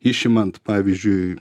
išimant pavyzdžiui